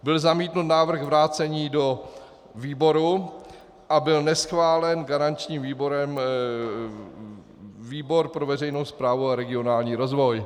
Byl zamítnut návrh na vrácení do výboru a byl neschválen garančním výborem výbor pro veřejnou správu a regionální rozvoj.